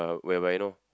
uh whereby you know